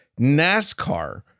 NASCAR